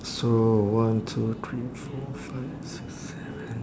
so one two three four five six seven